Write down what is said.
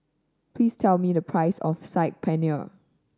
please tell me the price of Saag Paneer